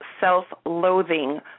self-loathing